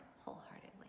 wholeheartedly